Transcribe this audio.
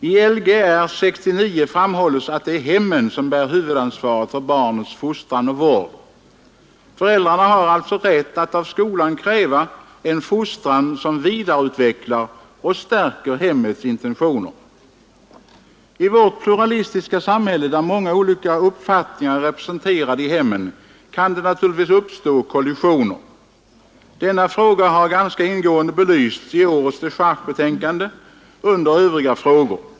I lgr 69 framhålles att det är hemmen som bär huvudansvaret för barnets fostran och vård. Föräldrarna har alltså rätt att av skolan kräva en fostran som vidareutvecklar och stärker hemmets intentioner. I vårt pluralistiska samhälle, där många olika uppfattningar är representerade i hemmen, kan det naturligtvis uppstå kollisioner. Denna fråga har ganska ingående belysts i årets dechargebetänkande under rubriken Övriga frågor.